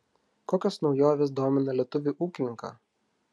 kokios naujovės domina lietuvį ūkininką